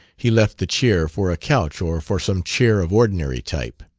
he left the chair for a couch or for some chair of ordinary type.